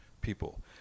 people